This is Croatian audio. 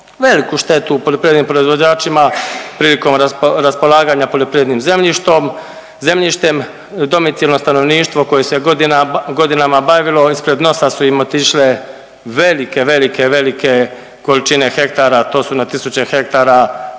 veliku štetu poljoprivrednim proizvođačima prilikom raspolaganja poljoprivrednim zemljištom, zemljištem, domicilno stanovništvo koje se godina, godinama bavilo ispred nosa su im otišle velike, velike, velike količine hektara, to su na tisuće hektara